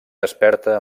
desperta